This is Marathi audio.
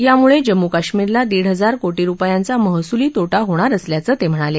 यामुळे जम्मू काश्मीरला दीड हजार कोटी रुपयांचा महसुली तोटा होणार असल्याचं ते म्हणाले